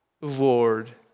Lord